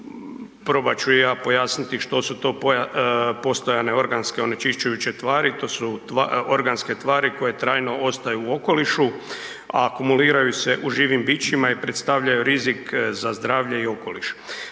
probat ću i ja pojasniti što su to postojane organske onečišćujuće tvari, to su organske tvari koje trajno ostaju u okolišu, a akumuliraju se u živim bićima i predstavljaju rizik za zdravlje i okoliš.